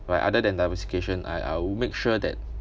right other than diversification I I'll make sure that